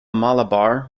malabar